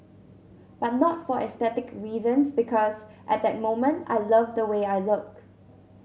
but not for aesthetic reasons because at the moment I love the way I look